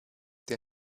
der